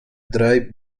dry